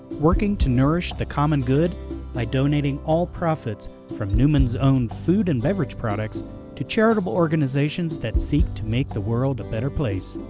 working to nourish the common good by donating all profits from newman's own food and beverage products to charitable organizations that seek to make the world a better place.